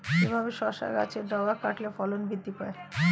কিভাবে শসা গাছের ডগা কাটলে ফলন বৃদ্ধি পায়?